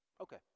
Okay